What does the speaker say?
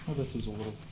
this is a little.